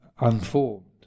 unformed